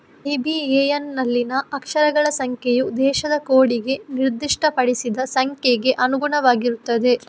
IBAN ನಲ್ಲಿನ ಅಕ್ಷರಗಳ ಸಂಖ್ಯೆಯು ದೇಶದ ಕೋಡಿಗೆ ನಿರ್ದಿಷ್ಟಪಡಿಸಿದ ಸಂಖ್ಯೆಗೆ ಅನುಗುಣವಾಗಿರುತ್ತದೆ